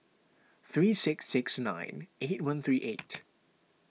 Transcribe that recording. three six six nine eight one three eight